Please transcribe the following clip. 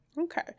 Okay